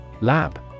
Lab